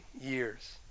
years